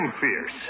fierce